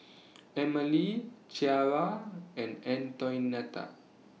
Emilee Ciarra and Antoinette